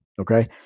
okay